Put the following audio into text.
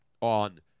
on